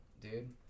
dude